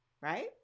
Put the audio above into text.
Right